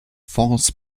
false